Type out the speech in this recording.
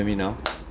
can you hear me now